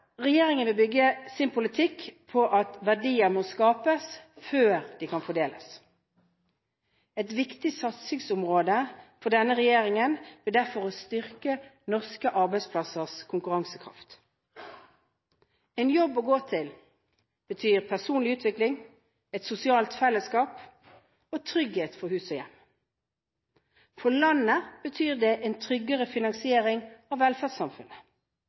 Regjeringen vil bygge sin politikk på at verdier må skapes før de kan fordeles. Et viktig satsingsområde for denne regjeringen blir derfor å styrke norske arbeidsplassers konkurransekraft. En jobb å gå til betyr personlig utvikling, et sosialt fellesskap og trygghet for hus og hjem. For landet betyr det en tryggere finansiering av velferdssamfunnet.